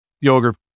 yogurt